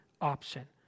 option